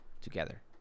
together